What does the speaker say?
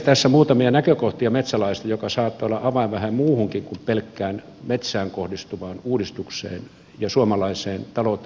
tässä muutamia näkökohtia metsälaista joka saattaa olla avain vähän muuhunkin kuin pelkkään metsään kohdistuvaan uudistukseen ja suomalaiseen talouteen ja energiapolitiikkaan